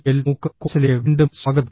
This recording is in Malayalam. എൽ മൂക്ക് കോഴ്സിലേക്ക് വീണ്ടും സ്വാഗതം